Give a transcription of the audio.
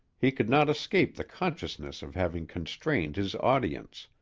he could not escape the consciousness of having constrained his audience